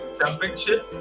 championship